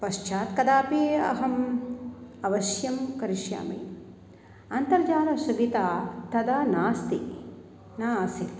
पश्चात् कदापि अहम् अवश्यं करिष्यामि अन्तर्जाल सुविधा तदा नास्ति न आसीत्